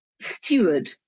steward